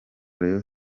rayon